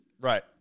right